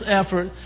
effort